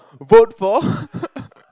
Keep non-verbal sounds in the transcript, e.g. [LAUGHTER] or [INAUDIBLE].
vote for [LAUGHS]